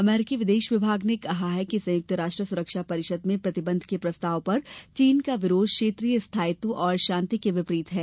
अमरीकी विदेश विभाग ने कहा कि संयुक्त राष्ट्र सुरक्षा परिषद में प्रतिबंध के प्रस्ताव पर चीन का विरोध क्षेत्रीय स्थायित्व और शांति के विपरीत है